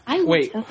Wait